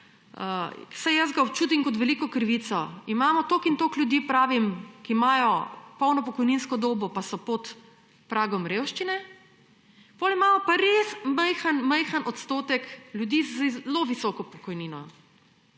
vsaj jaz ga občutim kot veliko krivico. Imamo toliko in toliko ljudi, ki imajo polno pokojninsko dobo, pa so pod pragom revščine; potem imamo pa res majhen majhen odstotek ljudi z zelo visoko pokojnino.